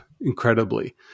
incredibly